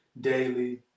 daily